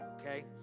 okay